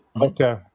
Okay